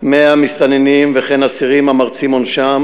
כ-2,100 מסתננים וכן אסירים המרצים עונשם